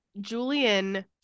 Julian